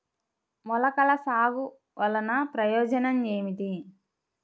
మొలకల సాగు వలన ప్రయోజనం ఏమిటీ?